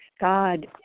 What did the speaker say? god